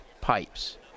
pipes